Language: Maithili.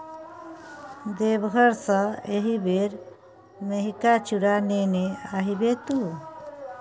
देवघर सँ एहिबेर मेहिका चुड़ा नेने आबिहे तु